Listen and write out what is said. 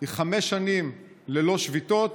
היא חמש שנים ללא שביתות